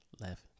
left